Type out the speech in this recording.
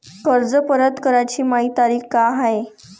कर्ज परत कराची मायी तारीख का हाय?